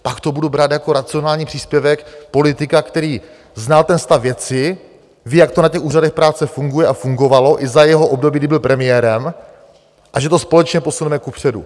Pak to budu brát jako racionální příspěvek politika, který zná ten stav věci, ví, jak to na úřadech práce funguje a fungovalo i za jeho období, kdy byl premiérem, a že to společně posuneme kupředu.